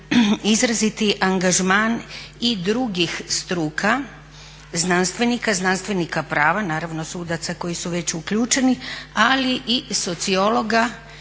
izraziti angažman i drugih struka znanstvenika, znanstvenika prava, naravno sudaca koji su već uključeni ali i sociologa